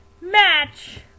match